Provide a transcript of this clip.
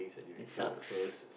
it sucks